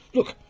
look,